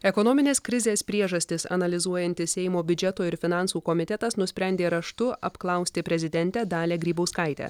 ekonominės krizės priežastis analizuojantis seimo biudžeto ir finansų komitetas nusprendė raštu apklausti prezidentę dalią grybauskaitę